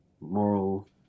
Moral